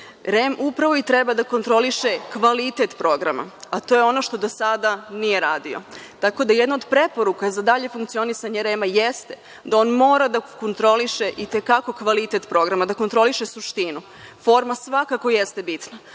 REM upravo i treba da kontroliše kvalitet programa, a to je ono što do sada nije radio. Tako da jedna od preporuka za dalje funkcionisanje REM jeste da on mora da kontroliše i te kako kvalitet programa, da kontroliše suštinu. Forma svakako jeste bitna,